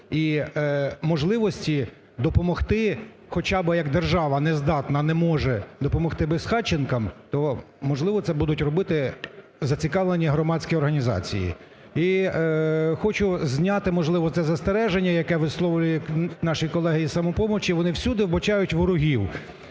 і можливості допомогти, хоча би як держава не здатна, не може допомогти безхатченкам, то, можливо, це будуть робити зацікавлені громадські організації. І хочу зняти, можливо, це застереження, яке висловлюють наші колеги із "Самопомочі", вони всюди вбачають ворогів: